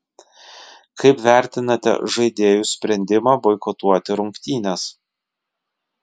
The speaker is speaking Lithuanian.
kaip vertinate žaidėjų sprendimą boikotuoti rungtynes